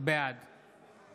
בעד